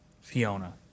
Fiona